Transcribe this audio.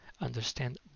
understand